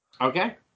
Okay